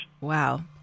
Wow